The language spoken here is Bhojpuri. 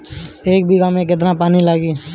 एक बिगहा में केतना पानी लागी?